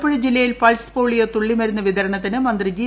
ആലപ്പുഴ ജില്ലയിൽ pulse polio തുള്ളി മരുന്ന് വിതരണത്തിന് മന്ത്രി ജി